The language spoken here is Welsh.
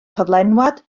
cyflenwad